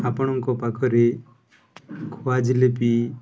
ଆପଣଙ୍କ ପାଖରେ ଖୁଆ ଜିଲାପି